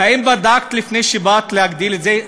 האם בדקת לפני שבאת להגדיל את זה?